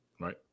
Right